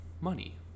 money